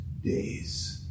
days